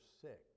sick